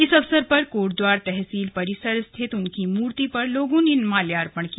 इस अवसर पर कोटद्वार तहसील परिसर स्थित उनकी मूर्ति पर लोगों ने माल्यापर्ण भी किया